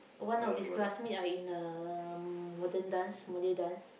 one of his classmate are in uh modern dance Malay dance